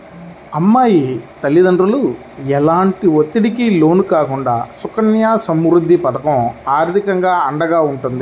అమ్మాయి తల్లిదండ్రులు ఎలాంటి ఒత్తిడికి లోను కాకుండా సుకన్య సమృద్ధి పథకం ఆర్థికంగా అండగా ఉంటుంది